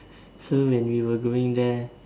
so when we were going there